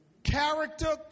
Character